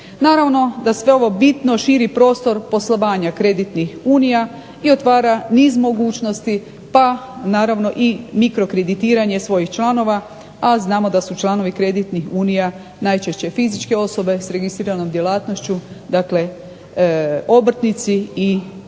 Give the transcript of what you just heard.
Naravno da sve ovo bitno širi prostor poslovanja kreditnih unija i otvara niz mogućnosti pa naravno i mikrokreditiranje svojih članova, a znamo da su članovi kreditnih unija najčešće fizičke osobe s registriranom djelatnošću. Dakle, obrtnici i